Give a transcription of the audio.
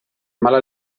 mala